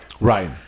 Right